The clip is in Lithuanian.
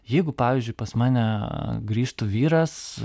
jeigu pavyzdžiui pas mane grįžtų vyras